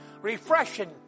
Refreshing